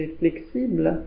flexible